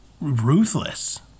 ruthless